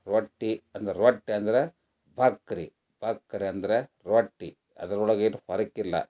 ರೊಟ್ಟಿ ಅಂದ್ರರೆ ರೊಟ್ಟಿ ಅಂದ್ರೆ ಬಕ್ರಿ ಬಕ್ರಿ ಅಂದ್ರೆ ರೊಟ್ಟಿ ಅದ್ರೊಳಗೆ ಏನೂ ಫರಕ್ ಇಲ್ಲ